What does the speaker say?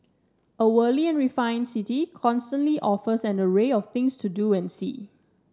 a worldly and refined city constantly offers an array of things to do and see